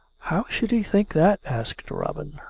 how should he think that? asked robin.